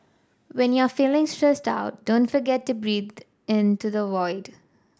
when you are feeling stressed out don't forget to breathe into the void